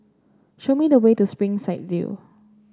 show me the way to Springside View